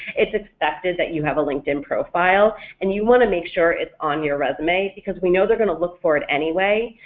it's expected that you have a linkedin profile and you want to make sure it's on your resume because we know they're going to look for it anyway,